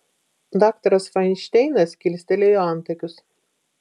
daktaras fainšteinas kilstelėjo antakius